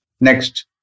Next